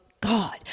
God